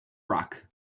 rock